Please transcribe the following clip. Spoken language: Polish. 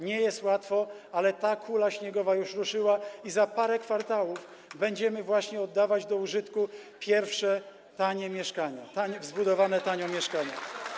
Nie jest łatwo, ale ta kula śniegowa już ruszyła i za parę kwartałów będziemy właśnie oddawać do użytku pierwsze tanie mieszkania, [[Poruszenie na sali]] zbudowane tanio mieszkania.